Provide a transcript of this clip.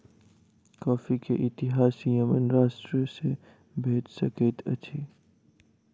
coffee के इतिहास Yemen राष्ट्र सॅ भेट सकैत अछि